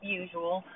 usual